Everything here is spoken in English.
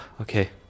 Okay